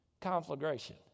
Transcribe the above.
conflagration